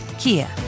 Kia